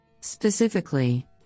Specifically